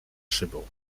szybą